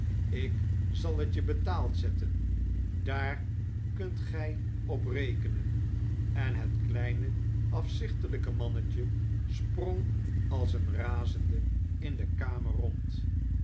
ik zal het je betaald zetten daar kunt gij op rekenen en het kleine afzichtelijke mannetje sprong als een razende in de kamer rond